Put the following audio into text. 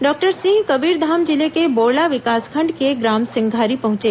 doctor Singh Kabirdham जिले के बोड़ला विकासखंड के ग्राम सिंघारी पहुंचे